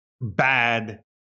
bad